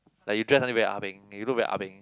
like you dress until very ah beng you look very ah beng